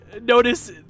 notice-